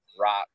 rock